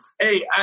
hey